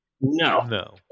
No